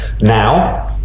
now